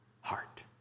heart